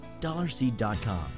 DollarSeed.com